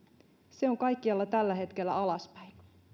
se on kaikkialla tällä hetkellä alaspäin